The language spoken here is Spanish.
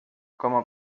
como